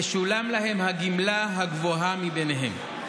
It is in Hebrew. תשולם להם הגמלה הגבוהה מביניהן.